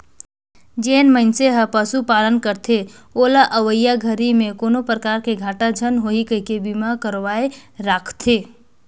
जेन मइनसे हर पशुपालन करथे ओला अवईया घरी में कोनो परकार के घाटा झन होही कहिके बीमा करवाये राखथें